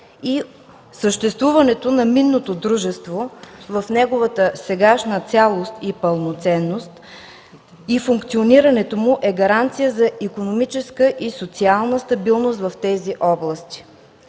и съществуването на минното дружество в неговата сегашна цялост и пълноценност и функционирането му е гаранция за икономическа и социална стабилност в тези области.